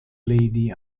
lady